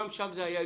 גם שם זה היה אילוץ.